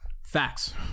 Facts